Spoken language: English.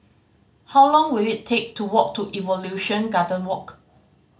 how long will it take to walk to Evolution Garden Walk